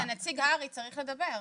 רגע, נציג הר"י צריך לדבר.